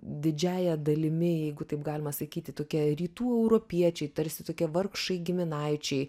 didžiąja dalimi jeigu taip galima sakyti tokie rytų europiečiai tarsi tokie vargšai giminaičiai